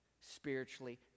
spiritually